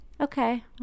Okay